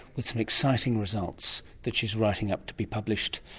with some exciting results that she's writing up to be published,